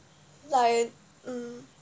like mm